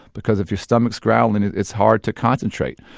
because if your stomach's growling, it's hard to concentrate.